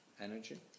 energy